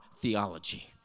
theology